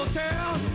town